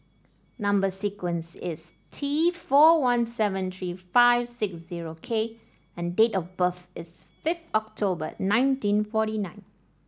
number sequence is T four one seven three five six zero K and date of birth is fifth October nineteen forty nine